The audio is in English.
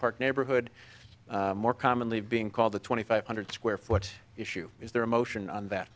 park neighborhood more commonly being called the twenty five hundred square foot issue is there a motion on that